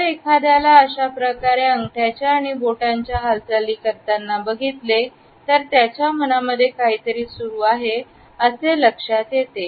जर एखाद्याला अशाप्रकारे अंगठ्याच्या आणि बोटांच्या हालचाली करताना बघितले तर त्याच्या मनामध्ये काहीतरी सुरू आहे असे लक्षात येते